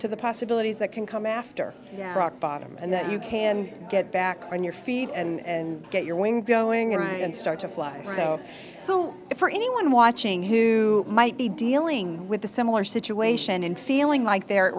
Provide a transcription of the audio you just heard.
to the pa civilities that can come after rock bottom and that you can get back on your feet and get your wings going right and start to fly so so for anyone watching who might be dealing with a similar situation and feeling like they're